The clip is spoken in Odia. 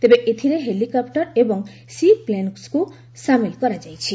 ତେବେ ଏଥିରେ ହେଲିକପ୍ଟର ଏବଂ ସି ପ୍ଲେନ୍ସକୁ ସାମିଲ କରାଯାଇଛି